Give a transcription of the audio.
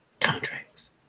Contracts